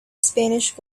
spanish